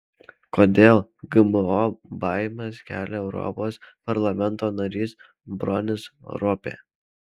kodėl gmo baimes kelia europos parlamento narys bronis ropė